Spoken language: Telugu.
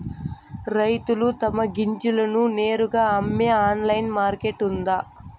రైతులు తమ గింజలను నేరుగా అమ్మే ఆన్లైన్ మార్కెట్ ఉందా?